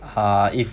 her if